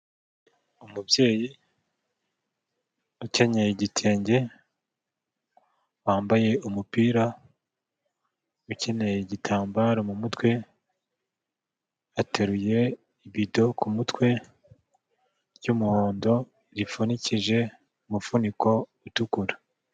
Umubyeyi ukenyeye igitenge wambaye umupira ukeneye igitambaro mu mutwe, ateruye ibido ku mutwe cy'umuhondo gifunikije umufuniko itukura.